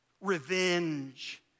revenge